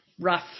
rough